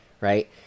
right